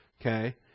Okay